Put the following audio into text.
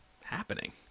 happening